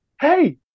hey